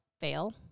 fail